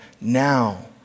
now